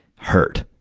hurt.